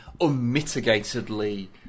unmitigatedly